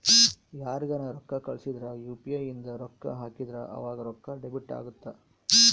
ಯಾರ್ಗನ ರೊಕ್ಕ ಕಳ್ಸಿದ್ರ ಯು.ಪಿ.ಇ ಇಂದ ರೊಕ್ಕ ಹಾಕಿದ್ರ ಆವಾಗ ರೊಕ್ಕ ಡೆಬಿಟ್ ಅಗುತ್ತ